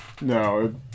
No